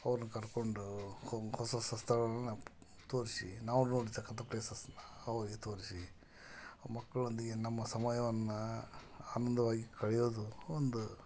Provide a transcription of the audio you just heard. ಅವ್ರನ್ನ ಕರ್ಕೊಂಡು ಹೊಸ ಹೊಸ ಸ್ಥಳಗಳನ್ನು ತೋರಿಸಿ ನಾವು ನೋಡತಕ್ಕಂಥ ಪ್ಲೇಸಸ್ನ ಅವರಿಗೆ ತೋರಿಸಿ ಮಕ್ಕಳೊಂದಿಗೆ ನಮ್ಮ ಸಮಯವನ್ನು ಆನಂದವಾಗಿ ಕಳೆಯೋದು ಒಂದು